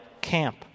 camp